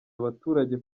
abaturage